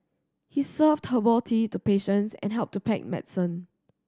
he served herbal tea to patients and helped to pack medicine